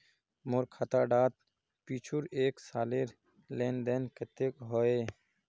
मोर खाता डात पिछुर एक सालेर लेन देन कतेक होइए?